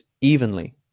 evenly